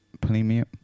premium